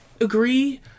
agree